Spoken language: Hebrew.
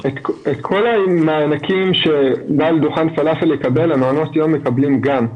את כל המענקים שבעל דוכן פלאפל יקבל מעונות היום מקבלים גם,